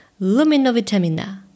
luminovitamina